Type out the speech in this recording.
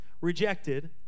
rejected